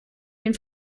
den